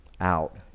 out